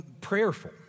prayerful